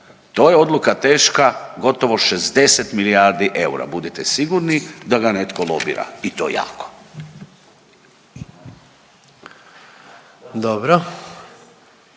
To je odluka teška gotovo 60 milijardi eura. Budite sigurni da ga netko lobira. I to jako.